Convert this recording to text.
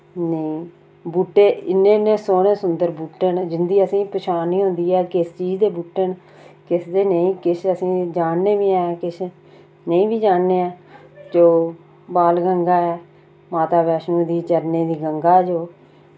नेईं बूह्टे इन्ने इन्ने सोह्ने सुन्दर बूह्टे न जिं'दी असें ई पछान निं होंदी ऐ किस चीज दे बूटे न किसदे नेईं किश असें जानने बी ऐ किश नेईं बी जानने ऐ जो बाल गंगा ऐ माता वैश्णो दी चरणे दी गंगा जो